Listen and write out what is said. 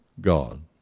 God